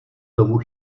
domu